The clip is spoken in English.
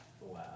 Wow